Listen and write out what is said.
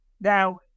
Now